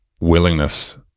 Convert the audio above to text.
willingness